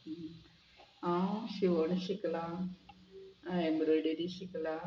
हांव शिवण शिकलां एम्ब्रॉयडरी शिकलां